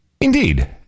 Indeed